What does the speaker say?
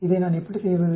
இதை நான் எப்படி செய்வது